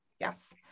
Yes